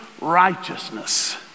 righteousness